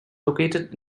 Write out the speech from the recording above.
located